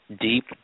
deep